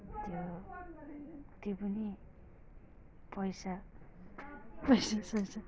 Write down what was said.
त्यो त्यो पनि पैसा पैसासैसा